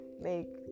Make